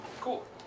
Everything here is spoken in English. Cool